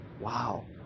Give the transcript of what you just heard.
Wow